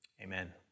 Amen